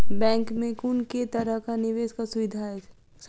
Bank मे कुन केँ तरहक निवेश कऽ सुविधा अछि?